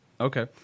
Okay